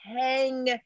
hang